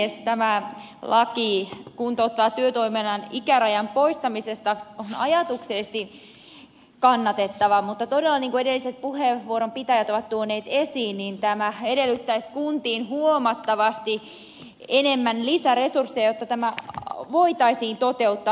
tämä laki kuntouttavan työtoiminnan ikärajan poistamisesta on ajatuksellisesti kannatettava mutta todella niin kuin edelliset puheenvuoron pitäjät ovat tuoneet esiin tämä edellyttäisi kuntiin huomattavasti enemmän lisäresursseja jotta tämä voitaisiin toteuttaa